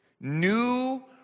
New